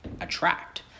attract